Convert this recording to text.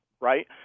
right